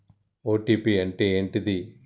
OTP అంటే ఏంటిది?